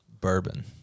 Bourbon